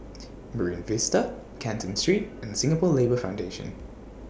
Marine Vista Canton Street and Singapore Labour Foundation